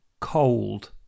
cold